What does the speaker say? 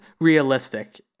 realistic